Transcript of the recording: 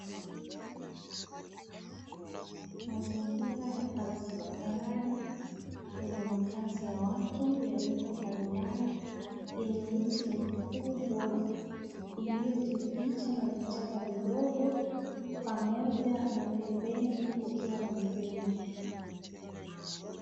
Mazingira ya ardhi tambarare yenye makazi ya watu yaliyoko mbalimbali, yenye miti mikubwa iliyojificha na vichaka vidogo pamoja na pembeni kukiwa na milima.